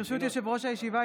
ברשות יושב-ראש הישיבה,